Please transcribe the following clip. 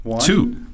Two